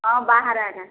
ହଁ ବାହାରେ ଆଜ୍ଞା